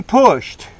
pushed